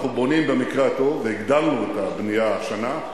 אנחנו בונים, במקרה הטוב, והגדלנו את הבנייה השנה,